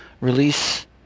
release